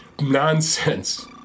nonsense